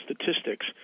statistics